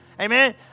Amen